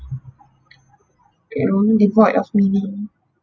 you know devoid of meaning